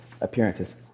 appearances